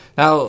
now